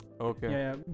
Okay